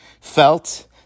felt